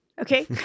Okay